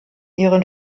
ihren